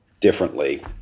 differently